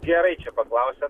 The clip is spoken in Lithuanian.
gerai čia paklausėt